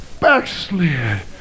backslid